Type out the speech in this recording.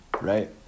right